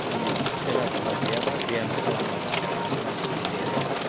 मानि खेला दुला गैयाबा बियाम खालामाबा मानसिनि देहाया